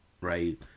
right